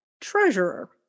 treasurer